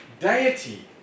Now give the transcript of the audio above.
Deity